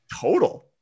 Total